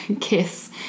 kiss